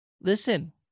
listen